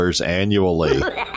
annually